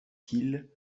kil